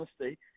honesty